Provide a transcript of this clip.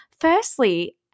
firstly